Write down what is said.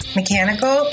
mechanical